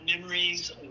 memories